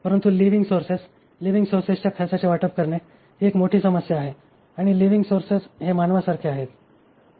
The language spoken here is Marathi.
परंतु लिविंग सोर्सेस लिविंग सोर्सेसच्या खर्चाचे वाटप करणे ही एक मोठी समस्या आहे आणि लिविंग सोर्सेस हे मानवा सारखे असतात